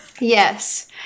Yes